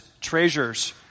treasures